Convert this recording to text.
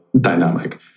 dynamic